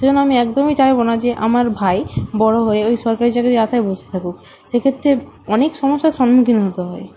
সেজন্য আমি একদমই চাইবো না যে আমার ভাই বড়ো হয়ে ওই সরকারি চাকরির আশায় বসে থাকুক সেক্ষেত্রে অনেক সমস্যার সম্মুখীন হতে হয়